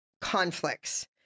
Conflicts